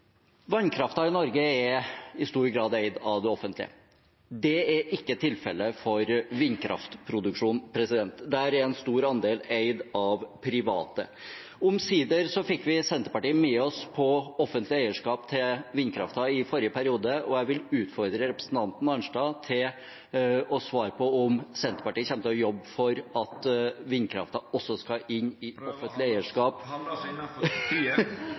i Norge er i stor grad eid av det offentlige. Det er ikke tilfellet for vindkraftproduksjonen; der er en stor andel eid av private. Omsider fikk vi Senterpartiet med oss på offentlig eierskap til vindkraften i forrige periode, og jeg vil utfordre representanten Arnstad til å svare på om Senterpartiet kommer til å jobbe for at vindkraften også skal inn i offentlig eierskap